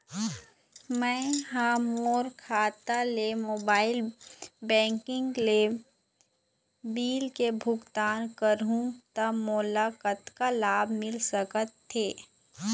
मैं हा मोर खाता ले मोबाइल बैंकिंग ले बिल के भुगतान करहूं ता मोला कतक लाभ मिल सका थे?